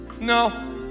No